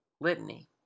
Litany